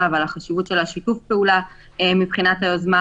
ועל החשיבות של שיתוף הפעולה מבחינת היוזמה,